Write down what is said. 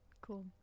Cool